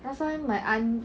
last time my aunt